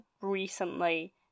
recently